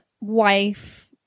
wife